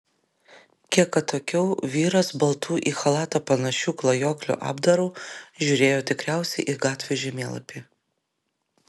kiek atokiau vyras baltu į chalatą panašiu klajoklio apdaru žiūrėjo tikriausiai į gatvių žemėlapį